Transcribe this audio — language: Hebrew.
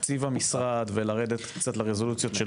תקציב המשרד ולרדת לרזולוציות.